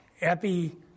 Epi